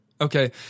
okay